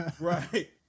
Right